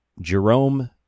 Jerome